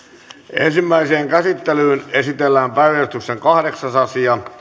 ensimmäiseen käsittelyyn esitellään päiväjärjestyksen kahdeksas asia